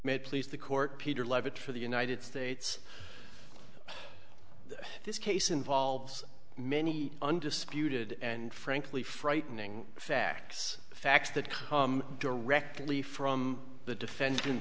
u please the court peter lovatt for the united states this case involves many undisputed and frankly frightening facts facts that come directly from the defendant